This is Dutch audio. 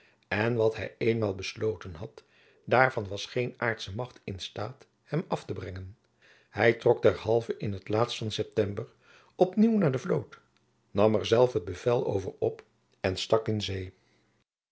en wat hy eenmaal besloten had daarvan was geen aardsche macht in staat hem af te brengen hy trok derhalve in t laatst van september op nieuw naar de vloot nam er zelf het bevel over op en stak in zee